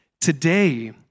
today